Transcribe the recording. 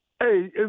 Hey